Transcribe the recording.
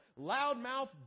loudmouth